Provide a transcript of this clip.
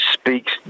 speaks